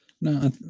No